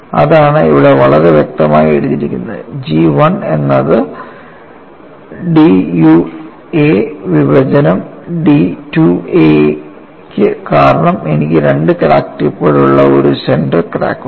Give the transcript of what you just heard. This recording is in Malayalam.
അതാണ് ഇവിടെ വളരെ വ്യക്തമായി എഴുതിയിരിക്കുന്നത് G 1 എന്നത് d U a വിഭജനം d 2a ക്ക് കാരണം എനിക്ക് രണ്ട് ക്രാക്ക് ടിപ്പുകൾ ഉള്ള ഒരു സെന്റർ ക്രാക്ക് ഉണ്ട്